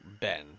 Ben